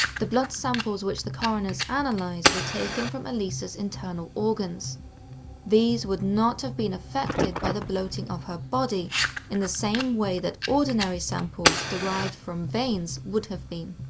the blood samples which the coroners analysed were taken from elisa's internal organs these would not have been affected by the bloating of her body in the same way which ordinary samples, derived from veins, would have been.